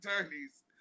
attorneys